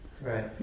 right